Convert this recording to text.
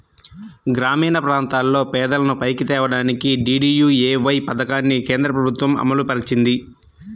గ్రామీణప్రాంతాల్లో పేదలను పైకి తేడానికి డీడీయూఏవై పథకాన్ని కేంద్రప్రభుత్వం అమలుపరిచింది